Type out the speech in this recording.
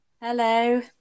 Hello